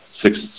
Six